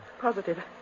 Positive